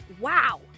Wow